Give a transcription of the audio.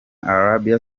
arabia